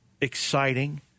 exciting